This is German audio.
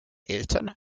eltern